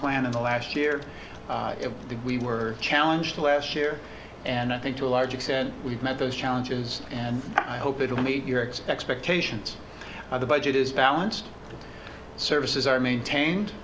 plan of the last year if we were challenge the last year and i think to a large extent we've met those challenges and i hope it will meet your ex expectational of the budget is balanced services are maintained